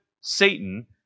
Satan